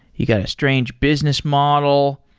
you got a strange business model.